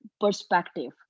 perspective